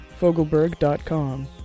fogelberg.com